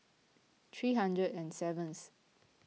three hundred and seventh